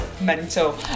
mental